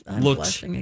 looks